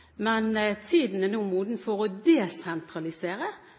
men tiden er nå moden for å desentralisere